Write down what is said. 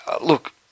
look